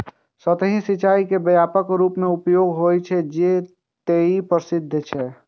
सतही सिंचाइ के व्यापक रूपें उपयोग होइ छै, तें ई प्रसिद्ध छै